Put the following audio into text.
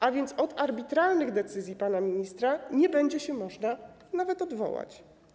A więc od arbitralnych decyzji pana ministra nie będzie można nawet się odwołać.